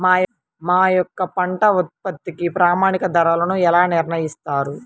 మా యొక్క పంట ఉత్పత్తికి ప్రామాణిక ధరలను ఎలా నిర్ణయిస్తారు?